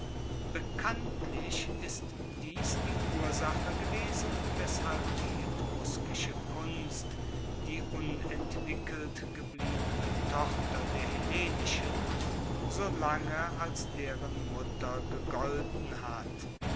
bekanntlich ist dies die ursache gewesen weshalb die etruskische kunst die unentwickelt gebliebene tochter der hellenischen solange als deren mutter gegolten hat